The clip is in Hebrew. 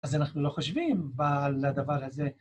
‫אז אנחנו לא חושבים על הדבר הזה.